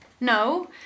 No